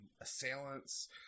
assailants